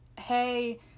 hey